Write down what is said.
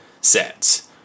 sets